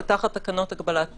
זה תחת תקנות הגבלת פעילות.